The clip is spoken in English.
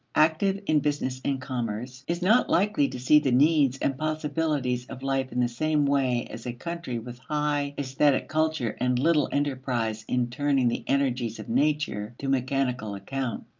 active in business and commerce, is not likely to see the needs and possibilities of life in the same way as a country with high aesthetic culture and little enterprise in turning the energies of nature to mechanical account.